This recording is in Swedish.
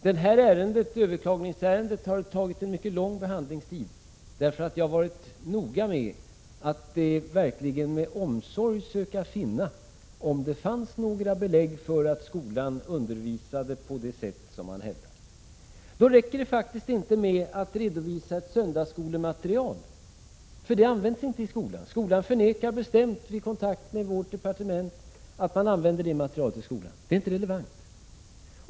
Detta överklagningsärende har tagit en mycket lång behandlingstid, eftersom jag har varit noga med att verkligen med omsorg söka finna om det finns några belägg för att skolan undervisar på det sätt som man hävdar. Då räcker det faktiskt inte med att redovisa ett söndagsskolematerial, för det används inte i skolan. Vid kontakt med vårt departement förnekar skolan bestämt att man använder det materialet i skolan — det är inte relevant.